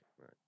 right